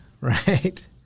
right